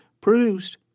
produced